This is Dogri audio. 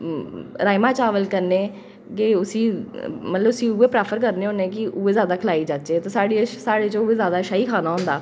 राजमां चावल कन्नै गै उसी मतलब उसी उ'ऐ प्रेफर करने होने कि उ'ऐ जादै खलाई जाचै ते साढ़े ई उऐ साढ़े च शाही खाना होंदा